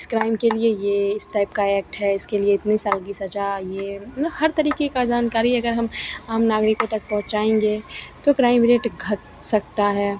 इस क्राइम के लिए यह इस टाइप का ऐक्ट है इसके लिए इतने साल की सज़ा यह म हर तरीके का जानकारी अगर हम आम नागरिकों तक पहुँचाएंगे तो क्राइम रेट घट सकता है